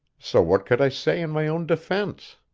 so what could i say in my own defence?